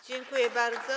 Dziękuję bardzo.